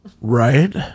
Right